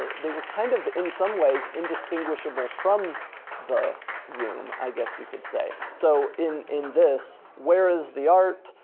they were kind of, in some ways, indistinguishable from the room, i guess you could say. so in in this, where is the art?